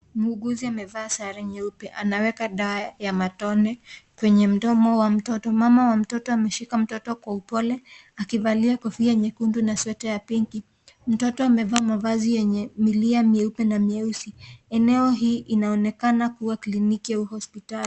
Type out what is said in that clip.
Muhughuzi amavaa sare nyeupe anaweka dawa ya matone kwenye mdomo wa mtoto. Mama wa mtoto ameshika mtoto kwa upole akivalia kofia nyekundu na sweta ya pinki mtoto ameva mavazi yenye milia mieupe na mieusi. Eneo hii inaonekana kua kliniki aua hospitali.